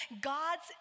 God's